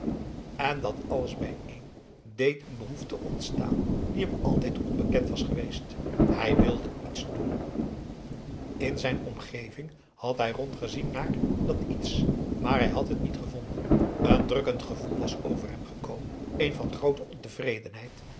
en dat alles bijeen deed een behoefte ontstaan die hem altijd onbekend was geweest hij wilde iets doen in zijn omgeving had hij rondgezien naar dat iets maar hij had het niet gevonden een drukkend gevoel was over hem gekomen een van groote ontevredenheid